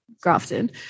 Grafton